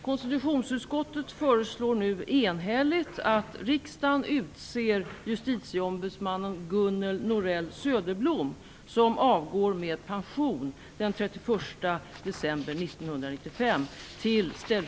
Konstitutionsutskottet föreslår nu enhälligt att riksdagen utser justitieombudsmannen Gunnel Norell